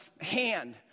hand